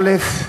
א.